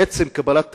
עצם קבלת תקציב,